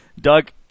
Doug